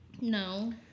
No